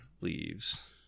leaves